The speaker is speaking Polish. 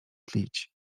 tlić